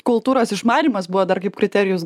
kultūros išmanymas buvo dar kaip kriterijus